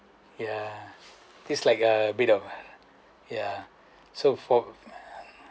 ya this like a bit of ya so for